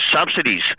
subsidies